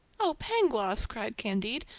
oh, pangloss! cried candide,